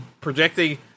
projecting